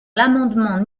l’amendement